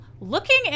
looking